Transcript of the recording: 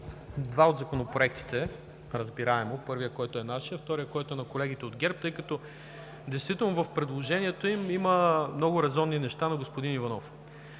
два от Законопроектите. Разбираемо – първия, който е нашият, вторият, който е на колегите от ГЕРБ, тъй като действително в предложението им има много резонни неща, на господин Иванов.